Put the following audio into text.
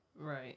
Right